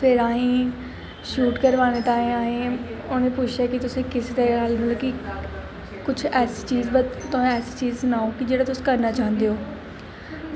फिर असें ई शूट करवाने ताहीं असें ई उ'नें पुच्छेआ कि तुसें किस दा मतलब की कुछ ऐसी चीज तुस ऐसी चीज सनाओ कि जेह्ड़ी तुस करना चाहंदे ओ